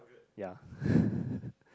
ya